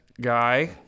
guy